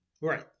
Right